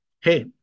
Hey